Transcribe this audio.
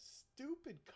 stupid